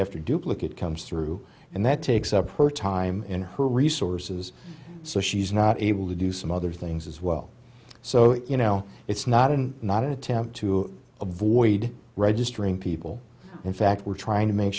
after duplicate comes through and that takes up her time in her resources so she's not able to do some other things as well so you know it's not and not attempt to avoid registering people in fact we're trying to make